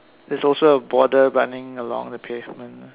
there's also a border running along the pavement